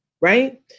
right